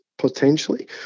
potentially